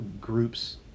groups